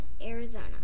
Arizona